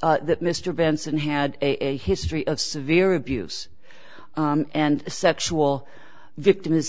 that mr benson had a history of severe abuse and sexual victim